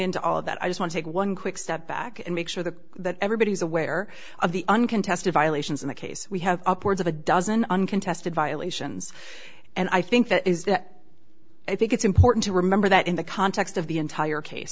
into all of that i just want take one quick step back and make sure that everybody is aware of the uncontested violations in the case we have upwards of a dozen uncontested violations and i think that is i think it's important to remember that in the context of the entire case